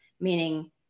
Meaning